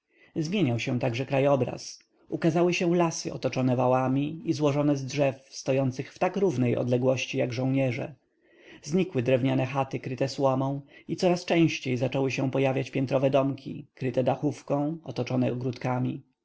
niemcami zmieniał się też krajobraz ukazały się lasy otoczone wałami i złożone z drzew stojących w tak równej odległości jak żołnierze znikły drewniane chaty kryte słomą i coraz częściej zaczęły się pojawiać piętrowe domki kryte dachówką otoczone ogródkami